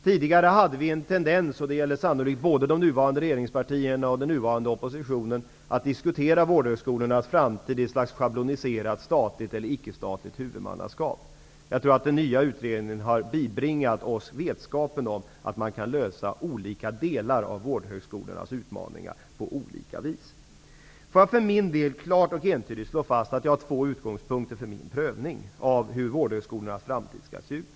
Tidigare hade vi en tendens -- och det gäller sannolikt både de nuvarande regeringspartierna och den nuvarande oppositionen -- att diskutera vårdhögskolornas framtid i ett slags schabloniserat statligt eller ickestatligt huvudmannaskap. Den nya utredningen har bibringat oss vetskapen om att man kan bemöta olika delar av vårdhögskolornas utmaningar på olika vis. För min del vill jag klart och entydigt slå fast att jag har två utgångspunkter för min prövning av hur vårdhögskolornas framtid skall se ut.